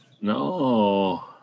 No